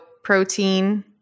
protein